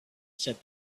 said